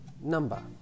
number